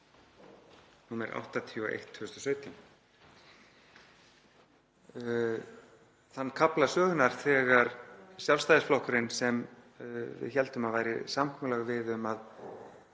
nr. 81/2017, þeim kafla sögunnar þegar Sjálfstæðisflokkurinn, sem við héldum að væri samkomulag við um að